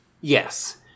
Yes